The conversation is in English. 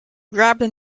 grabbed